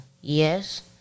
Yes